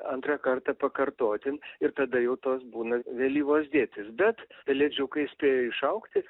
antrą kartą pakartoti ir tada jau tos būna vėlyvos dėtys bet pelėdžiukai spėja išaugti